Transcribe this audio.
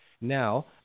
Now